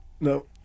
no